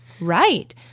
Right